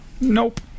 Nope